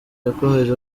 yakomeje